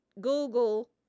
Google